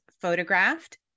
photographed